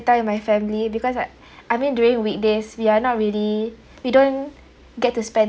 time with my family because like I mean during weekdays we are not really we don't get to spend